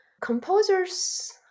composers